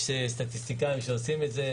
יש סטטיסטיקאים שעושים את זה.